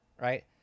Right